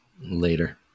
Later